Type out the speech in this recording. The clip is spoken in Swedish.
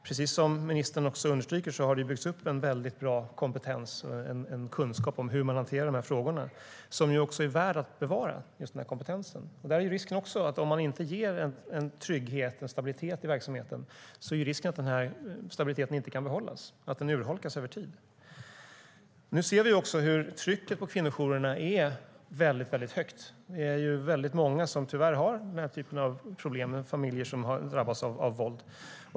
Precis som ministern understryker har det byggts upp en bra kompetens och kunskap om hur man hanterar de här frågorna. Den kompetensen är värd att bevara, och risken är att den inte kan behållas man om man inte ger en trygghet och stabilitet i verksamheten utan urholkas över tid. Nu ser vi också att trycket på kvinnojourerna är väldigt högt; det är många som tyvärr har den typen av problem, alltså familjer som drabbas av våld.